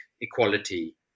equality